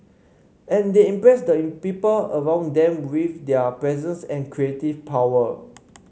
and they impress the people around them with their presence and creative power